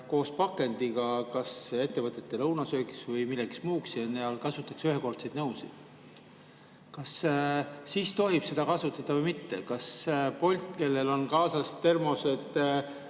koos pakendiga kas ettevõtete lõunasöögiks või millekski muuks ja kasutatakse ühekordseid nõusid. Kas siis tohib neid kasutada või mitte? Kas Bolt, kellel on kaasas